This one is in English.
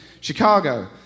Chicago